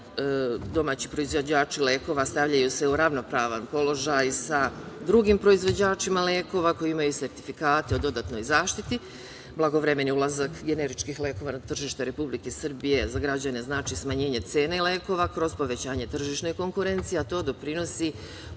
domaći proizvođači lekova stavljaju se u ravnopravan položaj sa drugim proizvođačima lekova koji imaju sertifikate o dodatnoj zaštiti. Blagovremeni ulazak generičkih lekova na tržište Republike Srbije za građane znači smanjenje cene lekova kroz povećanje tržišne konkurencije a to doprinosi